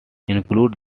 include